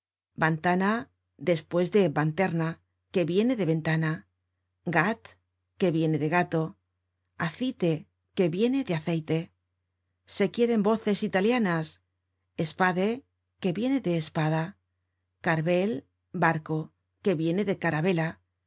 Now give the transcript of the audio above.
vantana despues vanterna que viene de ventana gat que viene de gato acite que viene de aceite se quieren voces italianas spade que viene de spada carvel barco que viene de caravella